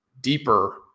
deeper